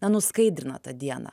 na nuskaidrina tą dieną